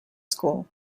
school